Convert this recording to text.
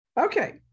Okay